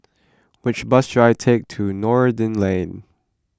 which bus should I take to Noordin Lane